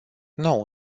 nou